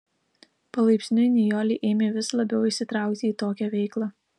palaipsniui nijolė ėmė vis labiau įsitraukti į tokią veiklą